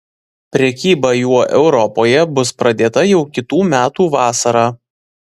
prekyba juo europoje bus pradėta jau kitų metų vasarą